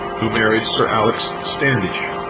who married sir alex standish.